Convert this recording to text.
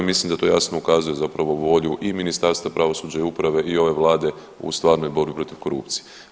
Mislim da to jasno ukazuje zapravo volju i Ministarstva pravosuđa i uprave i ove Vlade u stvarnoj borbi protiv korupcije.